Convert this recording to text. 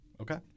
Okay